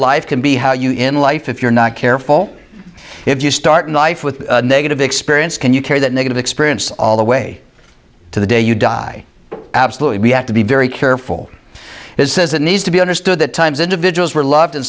life can be how you in life if you're not careful if you start life with negative experience can you carry that negative experience all the way to the day you die absolutely we have to be very careful it says it needs to be understood that times individuals were loved in